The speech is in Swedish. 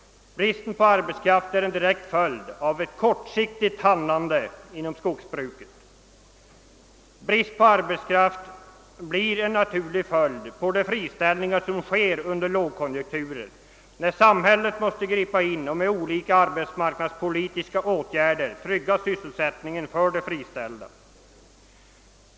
Bristen på arbetskraft är en direkt följd av ett kortsiktigt handlande inom skogsbruket. Brist på arbetskraft blir en naturlig följd av de friställningar som företas vid lågkonjunkturer, varvid samhället måste ingripa med olika arbetsmarknadspolitiska åtgärder för att trygga de friställdas sysselsättning.